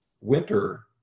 winter